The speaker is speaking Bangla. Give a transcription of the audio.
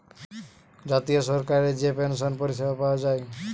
জাতীয় সরকারি যে পেনসন পরিষেবা পায়া যায়